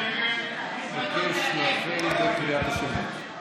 אני מבקש להתחיל בקריאת השמות.